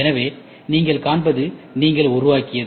எனவே நீங்கள் காண்பது நீங்கள் உருவாக்கியது